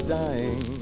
dying